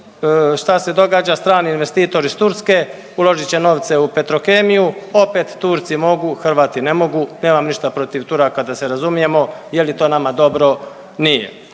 Šta se događa? Strani investitor iz Turske uložit će novce u Petrokemiju, opet Turci mogu Hrvati ne mogu, nemam ništa protiv Turaka da se razumijemo. Je li to nama dobro? Nije.